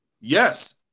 Yes